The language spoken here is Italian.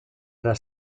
era